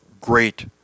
great